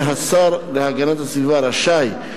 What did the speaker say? יהיה השר להגנת הסביבה רשאי,